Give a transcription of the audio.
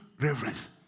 reverence